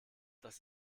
das